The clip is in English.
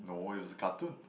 no it was a cartoon